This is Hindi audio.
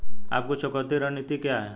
आपकी चुकौती रणनीति क्या है?